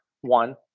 one